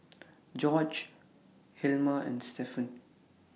Jorge Hilma and Stephen